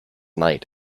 night